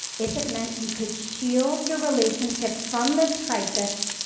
if it meant you could shield your relationship from this crisis,